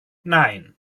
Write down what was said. nein